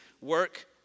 work